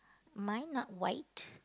mine not white